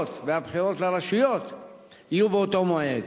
והבחירות לרשויות יהיו באותו מועד,